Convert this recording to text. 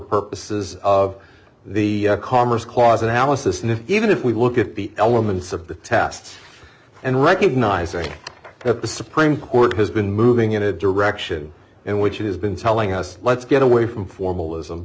purposes of the commerce clause analysis nifty even if we look at the elements of the test and recognizing that the supreme court has been moving in a direction in which it has been telling us let's get away from formalism